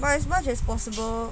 but as much as possible